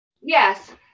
Yes